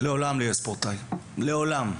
לעולם לא יהיה ספורטאי, לעולם.